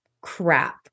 crap